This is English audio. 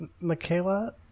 Michaela